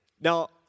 Now